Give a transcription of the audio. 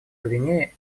гвинее